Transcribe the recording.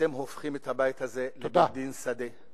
אתם הופכים את הבית הזה לבית-דין שדה.